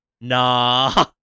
nah